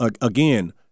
again